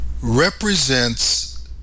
represents